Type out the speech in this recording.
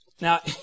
Now